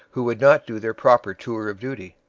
who would not do their proper tour of duty.